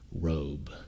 robe